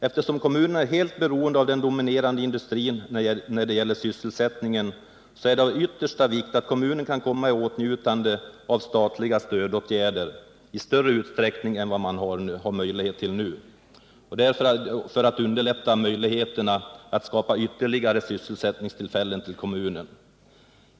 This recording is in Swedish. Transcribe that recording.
Eftersom kommunen är helt beroende av den dominerande industrin när det gäller sysselsättningen så är det av yttersta vikt att kommunen kan komma i åtnjutande av statliga stödåtgärder i större omfattning än nu är fallet för att få bättre möjligheter att skapa ytterligare sysselsättningstillfällen i kommunen.